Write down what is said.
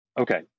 okay